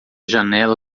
janela